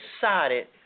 decided